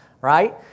right